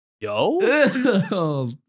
yo